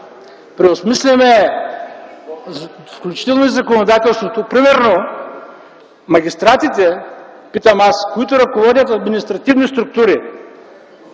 преосмисляме, включително и законодателството. Примерно, магистратите, питам аз, които ръководят административни структури